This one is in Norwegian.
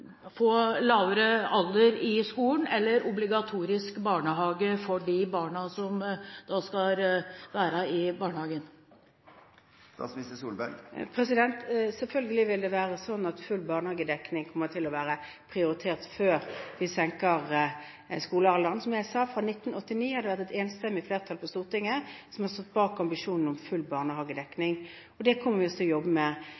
lavere alder ved skolestart. Selvfølgelig kommer full barnehagedekning til å være prioritert før vi senker skolealderen. Som jeg sa, fra 1989 har det vært et enstemmig storting som har stått bak ambisjonen om full barnehagedekning. Det kommer vi også til å jobbe med. Jeg har lyttet til Kristelig Folkeparti. Den eneste grunnen til at det